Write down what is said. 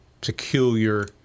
peculiar